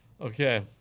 okay